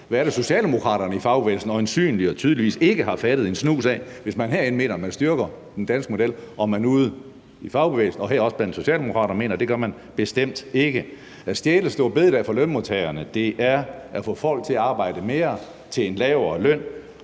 Hvad er det, socialdemokraterne i fagbevægelsen øjensynlig og tydeligvis ikke har fattet en snus af, hvis man herinde mener, at man styrker den danske model, og man i fagbevægelsen, og her også blandt socialdemokraterne, mener, at det gør man bestemt ikke? At stjæle store bededag fra lønmodtagerne er at få folk til at arbejde mere til en lavere løn,